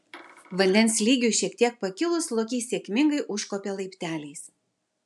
vandens lygiui šiek tiek pakilus lokys sėkmingai užkopė laipteliais